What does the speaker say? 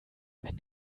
wenn